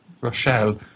Rochelle